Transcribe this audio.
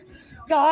God